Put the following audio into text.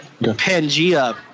Pangea